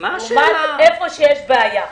לעומת איפה שיש בעיה.